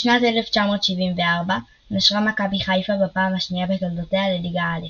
בשנת 1974 נשרה מכבי חיפה בפעם השנייה בתולדותיה לליגה א.